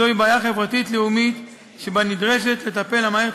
זוהי בעיה חברתית לאומית שבה נדרשת לטפל המערכת